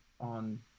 on